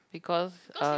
because uh